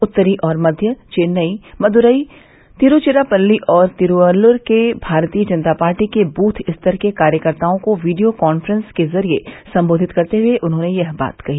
उत्तरी और मध्य चेन्इ मदुरई तिरूचिरापल्ली और तिरूवल्लुर के भारतीय जनता पार्टी के बूथ स्तर के कार्यकर्ताओं को वीडियो कांफ्रेंस के जरिये संबोधित करते हुए उन्होंने यह बात कही